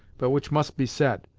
but which must be said.